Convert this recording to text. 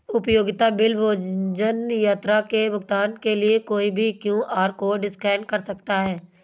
उपयोगिता बिल, भोजन, यात्रा के भुगतान के लिए कोई भी क्यू.आर कोड स्कैन कर सकता है